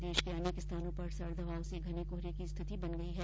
प्रदेश के अनेक स्थानों पर सर्द हवाओं से घने कोहरे की स्थिति बन गई है